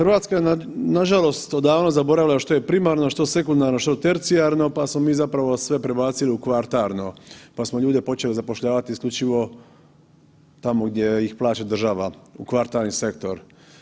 RH je nažalost odavno zaboravila što je primarno, što sekundarno, što tercijarno, pa smo mi zapravo sve prebacili u kvartarno, pa smo ljude počeli zapošljavat isključivo tamo gdje ih plaća država, u kvartarni sektor.